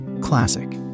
classic